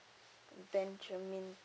benjamin